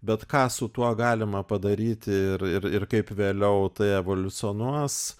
bet ką su tuo galima padaryti ir ir ir kaip vėliau tai evoliucionuos